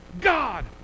God